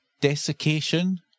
desiccation